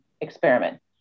experiment